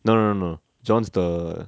no no no no john's the